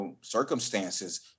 circumstances